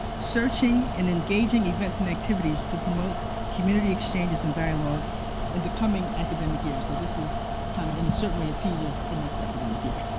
searching, and engaging events and activities to promote community exchanges and dialogue in the coming academic year. so this is kind of, in a certain way, a teaser for next academic year.